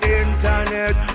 internet